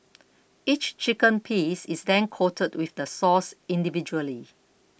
each chicken piece is then coated with the sauce individually